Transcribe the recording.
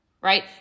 right